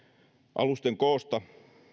alusten koosta